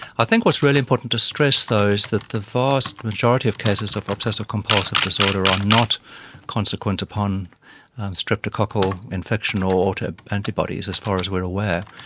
i think what's really important to stress though, that the vast majority of cases of obsessive compulsive disorder are not consequent upon streptococcal infection or to antibodies as far as we're aware.